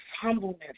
humbleness